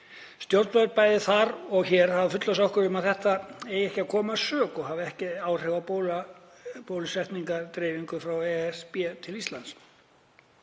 Stjórnvöld, bæði þar og hér, hafa fullvissað okkur um að þetta eigi ekki að koma að sök og hafi ekki áhrif á bóluefnadreifingu frá ESB til Íslands.